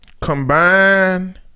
combine